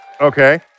Okay